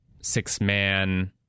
six-man